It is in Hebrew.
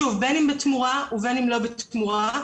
בין אם בתמורה ובין אם לא בתמורה,